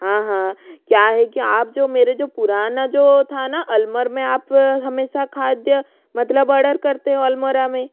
हाँ हाँ क्या है कि आप जो मेरे जो पुराना जो था ना अलमर में आप हमेशा खाद्य मतलब अर्डर करते हो अलमोड़ा में